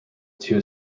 two